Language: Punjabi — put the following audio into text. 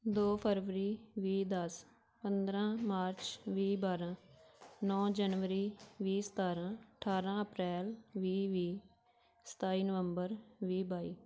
ਦੋ ਫਰਵਰੀ ਵੀਹ ਦਸ ਪੰਦਰਾਂ ਮਾਰਚ ਵੀਹ ਬਾਰਾਂ ਨੌਂ ਜਨਵਰੀ ਵੀਹ ਸਤਾਰਾਂ ਅਠਾਰਾਂ ਅਪ੍ਰੈਲ ਵੀਹ ਵੀਹ ਸਤਾਈ ਨਵੰਬਰ ਵੀਹ ਬਾਈ